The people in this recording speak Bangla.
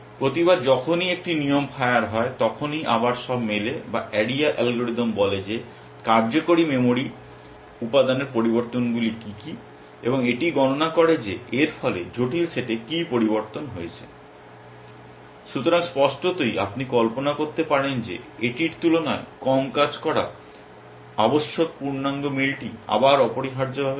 প্রতিবার যখনই একটি নিয়ম ফায়ার হয় তখনই আবার সব মেলে বা এরিয়া অ্যালগরিদম বলে যে কার্যকরী মেমরি উপাদানের পরিবর্তনগুলি কী কী এবং এটি গণনা করে যে এর ফলে জটিল সেটে কী পরিবর্তন হয়েছে। সুতরাং স্পষ্টতই আপনি কল্পনা করতে পারেন যে এটির তুলনায় কম কাজ করা আবশ্যক পূর্ণাঙ্গ মিলটি আবার অপরিহার্যভাবে করা